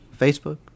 Facebook